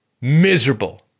miserable